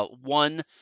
one